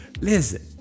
Listen